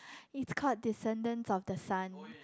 is called Descendants of the Sun